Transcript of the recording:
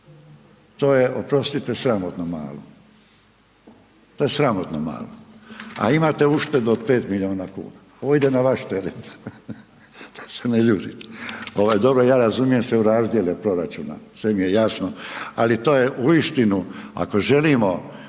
to je oprostite, sramotno malo, to je sramotno malo, a imate uštedu od 5 milijuna kuna, to ide na vaš teret da se ne ljutite. Ovaj dobro ja razumijem se u razdjele proračuna, sve mi je jasno, ali to je uistinu ako želimo